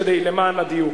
למען הדיוק,